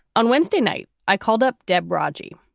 on wednesday night, i called up deb raji.